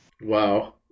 Wow